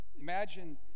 Imagine